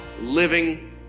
living